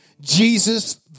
Jesus